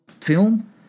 film